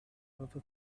other